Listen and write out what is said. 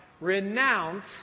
Renounce